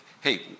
hey